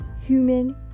human